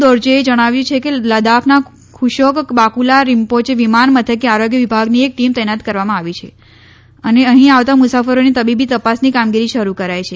દોર્જેએ જણાવ્યું છે કે લદ્દાખના ખુશોક બાકુલા રિમ્પોચે વિમાન મથકે આરોગ્ય વિભાગની એક ટીમ તૈનાત કરવામાં આવી છે અને અહીં આવતા મુસાફરોની તબીબી તપાસની કામગીરી શરૂ કરાઈ છે